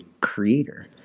creator